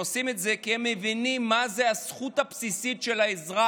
הם עושים את זה כי הם מבינים מה זאת הזכות הבסיסית של האזרח.